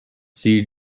سیر